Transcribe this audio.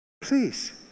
Please